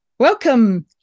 Welcome